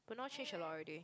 but now change a lot already